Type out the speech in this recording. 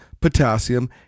potassium